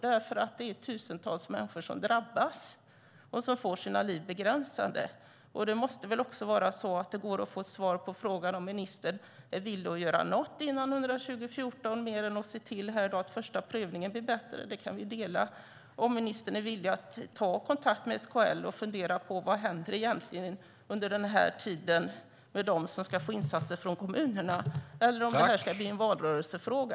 Det är tusentals människor som drabbas och får sina liv begränsade. Det måste väl gå att få ett svar på frågan om ministern är villig att göra något före 2014 mer än att se till att första prövningen blir bättre, som är en uppfattning som vi kan dela. Är ministern villig att ta kontakt med SKL och fundera på vad som egentligen händer under den här tiden med dem som ska få insatser från kommunerna, eller ska det bli en valrörelsefråga?